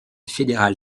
fédéral